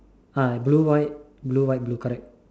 ah blue white blue white blue correct